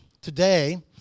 Today